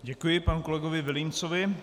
Děkuji panu kolegovi Vilímcovi.